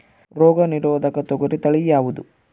ರೋಗ ನಿರೋಧಕ ತೊಗರಿ ತಳಿ ಯಾವುದು?